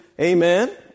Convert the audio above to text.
Amen